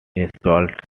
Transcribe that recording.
installed